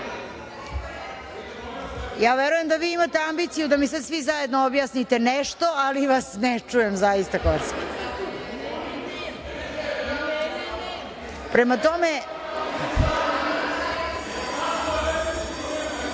Ja verujem da vi imate ambiciju da mi svi zajedno objasnite nešto, ali vas ne čujem zaista horski.(Narodni